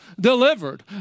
delivered